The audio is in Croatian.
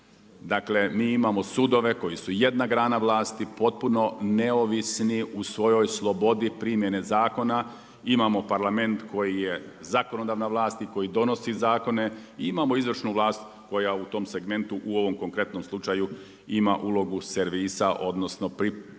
Dakle mi imamo sudove koje su jedna grana vlasti, potpuno neovisni u svojoj slobodi primjene zakona, imamo Parlament koji je zakonodavna vlast i koji donosi zakone i imamo izvršnu vlast koja u tom segmentu u ovom konkretnom slučaju ima ulogu servisa odnosno struktura